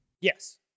Yes